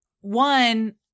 one